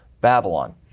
Babylon